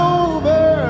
over